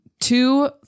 two